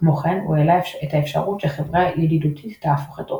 כמו כן הוא העלה את האפשרות שחברה ידידותית תהפוך את עורה.